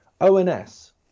ONS